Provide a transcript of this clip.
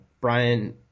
Brian